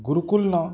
ଗୁରୁକୁଲ୍ ନ